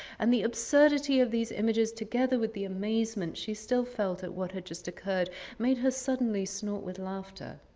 and the absurdity of these images together with the amazement she still felt at what had just occurred made her suddenly snort with laughter.